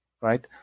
right